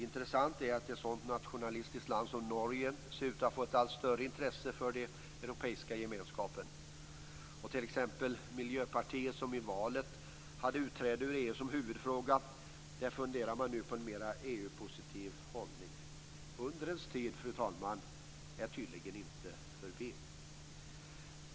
Intressant är ju att ett sådant nationalistiskt land som Norge nu ser ut att få ett allt större intresse för den europeiska gemenskapen. Inom Miljöpartiet, där man så sent som i valet hade utträde ur EU som huvudfråga, funderar man nu på en mera EU-positiv hållning. Undrens tid, fru talman, är tydligen inte förbi.